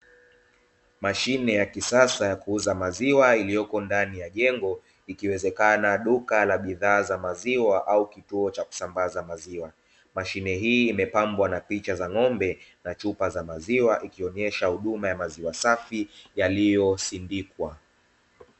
Mashine ya kisasa ya kuuza maziwa iliyoko ndani ya jengo, ikiwezekana duka la bidhaa za maziwa au cha kusambaza maziwa. Mashine hii imepambwa na picha za ng'ombe na chupa za maziwa ikionyesha huduma ya maziwa safi yaliyosindikwa.